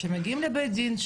שמגיעים לבית דין,